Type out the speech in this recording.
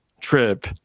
trip